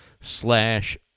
slash